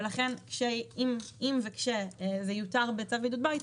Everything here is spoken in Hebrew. ולכן אם וכשזה זה יותר בצו בידוד בית,